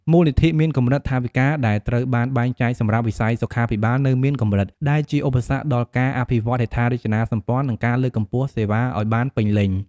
មូលនិធិមានកម្រិត ថវិកាដែលត្រូវបានបែងចែកសម្រាប់វិស័យសុខាភិបាលនៅមានកម្រិត ដែលជាឧបសគ្គដល់ការអភិវឌ្ឍហេដ្ឋារចនាសម្ព័ន្ធ និងការលើកកម្ពស់សេវាឱ្យបានពេញលេញ។